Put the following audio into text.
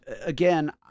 Again